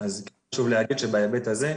אז חשוב להגיד שבהיבט הזה,